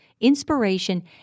inspiration